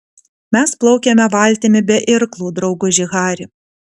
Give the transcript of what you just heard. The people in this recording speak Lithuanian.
mes plaukiame valtimi be irklų drauguži hari